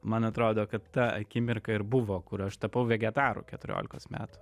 man atrodo kad ta akimirka ir buvo kur aš tapau vegetaru keturiolikos metų